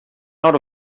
out